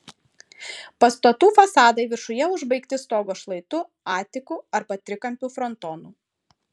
pastatų fasadai viršuje užbaigti stogo šlaitu atiku arba trikampiu frontonu